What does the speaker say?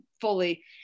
fully